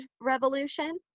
revolution